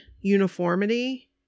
uniformity